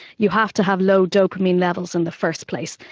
you have to have low dopamine levels in the first place.